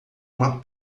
uma